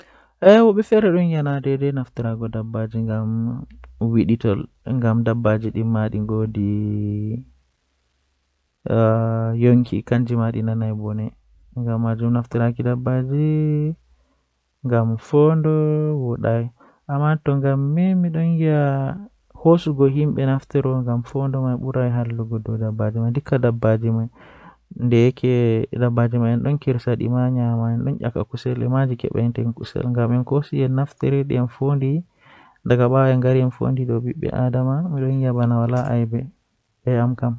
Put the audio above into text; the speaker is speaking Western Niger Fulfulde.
Eh tomi heban kam mi yahan kowadi mi yiɗi mi yaha bo Miɗo waɗi yiɗde waaldaade kala so tawii mi ɗaɓɓitii no feewi. Ko waɗi faamugol ngal ngam ɗum waɗi waylude baɗte e laawol nguurndam ngal. Awa ɗum waɗi mi moƴƴude nder waɗde jaangude feere wondude kala leydi.